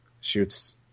shoots